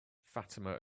fatima